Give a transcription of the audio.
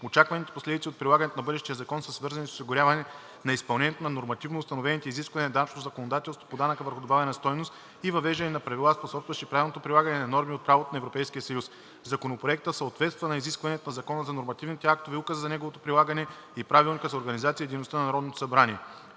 Очакваните последици от прилагането на бъдещия закон са свързани с осигуряване на изпълнението на нормативно установените изисквания на данъчното законодателство по ДДС и въвеждане на правила, способстващи правилното прилагане на норми от правото на Европейския съюз. Законопроектът съответства на изискванията на Закона за нормативните актове, Указа за неговото прилагане и Правилника за